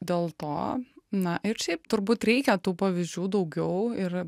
dėl to na ir šiaip turbūt reikia tų pavyzdžių daugiau ir